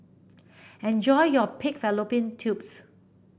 enjoy your Pig Fallopian Tubes